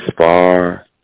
far